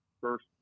first